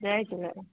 Jay Jhulelal